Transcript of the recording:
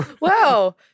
Wow